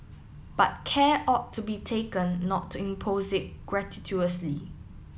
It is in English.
but care ought to be taken not to impose it gratuitously